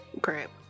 Crap